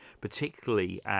particularly